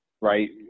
Right